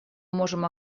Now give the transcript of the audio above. можем